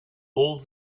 all